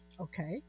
Okay